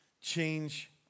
change